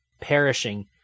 perishing